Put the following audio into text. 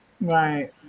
Right